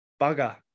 bugger